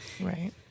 right